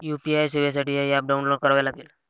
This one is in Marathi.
यू.पी.आय सेवेसाठी हे ऍप डाऊनलोड करावे लागेल